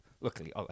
Luckily